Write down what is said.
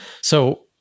So-